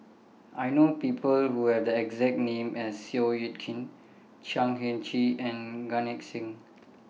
I know People Who Have The exact name as Seow Yit Kin Chan Heng Chee and Gan Eng Seng